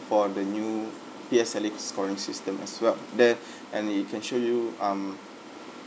for the new P_S_L_E scoring system as well there and it can show you um